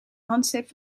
handzeep